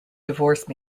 divorce